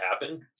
happen